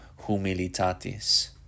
humilitatis